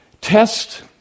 Test